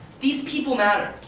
these people matter.